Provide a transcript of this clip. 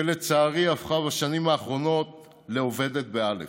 שלצערי הפכה בשנים האחרונות לאובדת באל"ף,